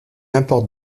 importe